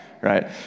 right